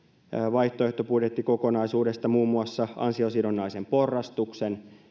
vaihtoehtobudjettikokonaisuudesta muun muassa ansiosidonnaisen porrastuksen